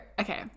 okay